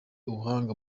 ubuhanga